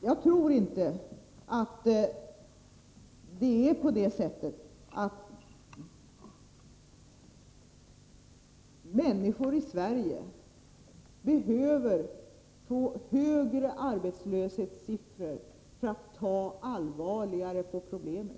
Jag tror inte att det är på det sättet att människor i Sverige behöver se högre arbetslöshetssiffror för att ta allvarligt på problemen.